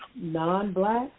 non-black